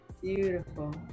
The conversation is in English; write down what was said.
beautiful